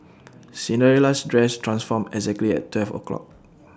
Cinderella's dress transformed exactly at twelve o' clock